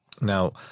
Now